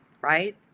right